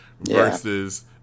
Versus